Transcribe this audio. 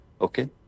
okay